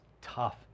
tough